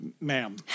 ma'am